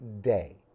day